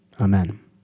amen